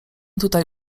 tutaj